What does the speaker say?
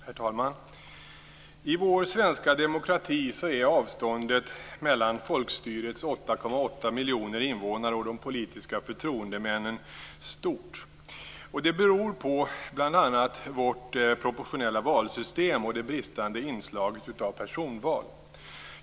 Herr talman! I vår svenska demokrati är avståndet mellan folkstyrets 8,8 miljoner invånare och de politiska förtroendemännen stort. Detta beror bl.a. på vårt proportionella valsystem och det bristande inslaget av personval.